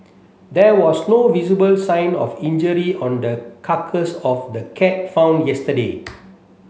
there was no visible sign of injury on the carcass of the cat found yesterday